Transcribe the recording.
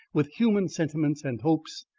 with human sentiments and hopes.